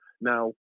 Now